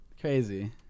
crazy